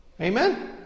Amen